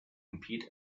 compete